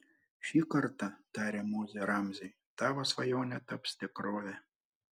šį kartą tarė mozė ramziui tavo svajonė taps tikrove